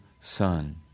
Son